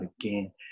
again